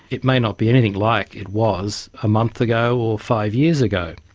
it may not be anything like it was a month ago or five years ago.